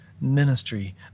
ministry